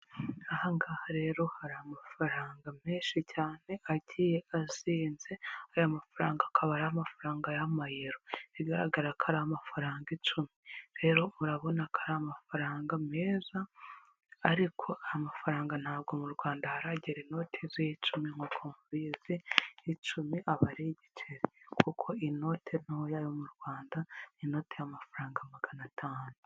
Aha ngaha rero hari amafaranga menshi cyane agiye azinze, aya mafaranga akaba ari amafaranga y'amayero. Bigaragara ko ari amafaranga icumi. Rero urabona ko ari amafaranga meza ariko aya mafaranga ntabwo mu Rwanda ntabwo haragera inoti z'icumi nk'uko mubizi, icumi aba ari ibiceri. Kuko inote ntoya yo mu Rwanda, ni inote y'amafaranga magana atanu.